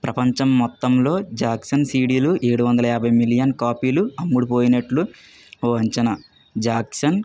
ప్రపంచం మొత్తంలో జాక్సన్ సీడీలు ఏడు వందల యాభై మిలియన్ కాపీలు అమ్ముడు పోయినట్లు ఓ అంచనా జాక్సన్